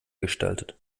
gestaltet